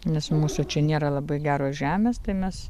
nes mūsų čia nėra labai geros žemės tai mes